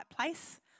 place